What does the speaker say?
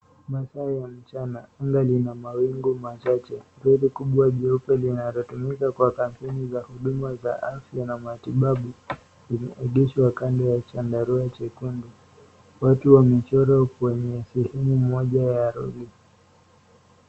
Masaa ya mchana. Anga lina mawingu machache. Lori kubwa jeupe linalotumika kwa kampuni za huduma za afya na matibabu imeegeshwa kando ya chandarua chekundu. Watu wamechorwa kwenye sehemu moja ya lori.